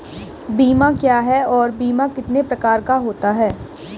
बीमा क्या है और बीमा कितने प्रकार का होता है?